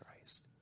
Christ